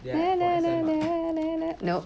nope